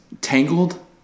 Tangled